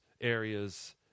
areas